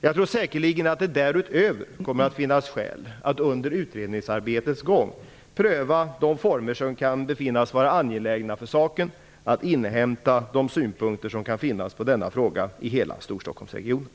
Jag tror säkerligen att det därutöver kommer att finnas skäl att under utredningsarbetets gång pröva de former som kan befinnas vara angelägna för saken och att inhämta de synpunkter som kan finnas på denna fråga i hela Storstockholmsregionen.